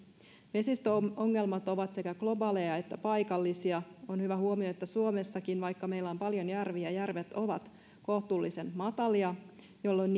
vesistöongelmat ovat sekä globaaleja että paikallisia on hyvä huomio että suomessakin vaikka meillä on paljon järviä järvet ovat kohtuullisen matalia jolloin